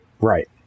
right